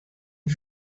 een